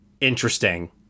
interesting